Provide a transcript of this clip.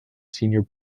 senior